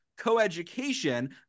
Coeducation